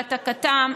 העתקתם,